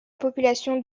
population